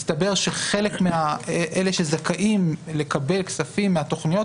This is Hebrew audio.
מסתבר שחלק מהזכאים לקבלת כספים מהתוכניות